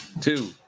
two